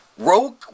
Rogue